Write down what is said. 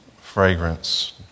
fragrance